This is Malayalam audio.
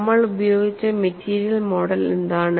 നമ്മൾ ഉപയോഗിച്ച മെറ്റീരിയൽ മോഡൽ എന്താണ്